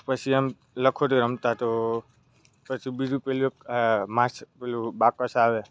પછી એમ લખોટી રમતા તો પછું બીજું પેલું એક આ માસ પેલું બાકસ આવે